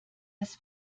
das